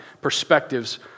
perspectives